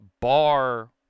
bar